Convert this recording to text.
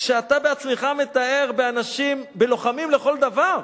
כשאתה בעצמך מתאר לוחמים לכל דבר?